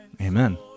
Amen